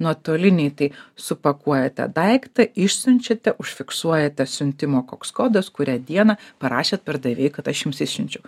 nuotolinėj tai supakuojate daiktą išsiunčiate užfiksuojate siuntimo koks kodas kurią dieną parašėt pardavėjui kad aš jums išsiunčiau